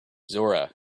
zora